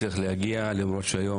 תודה לכל מי שהצליח להגיע למרות שהיום